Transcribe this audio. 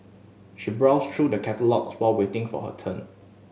she browsed through the catalogues while waiting for her turn